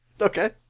Okay